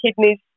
kidneys